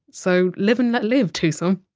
so live and let live, tucson